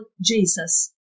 Jesus